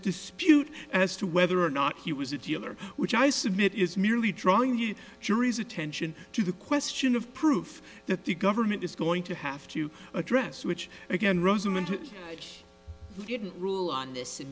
dispute as to whether or not he was a dealer which i submit is merely drawing the jury's attention to the question of proof that the government is going to have to address which again rosamond didn't rule on this